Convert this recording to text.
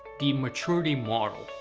the maturity model.